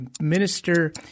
minister